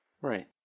Right